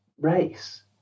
race